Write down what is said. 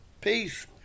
Peace